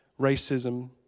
racism